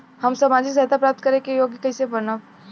हम सामाजिक सहायता प्राप्त करे के योग्य कइसे बनब?